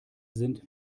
sind